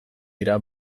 dira